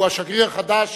שהוא השגריר החדש,